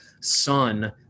son